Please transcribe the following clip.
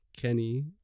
Kenny